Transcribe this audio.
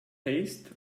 haste